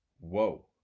Whoa